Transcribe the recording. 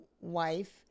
wife